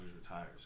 retires